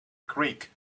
creek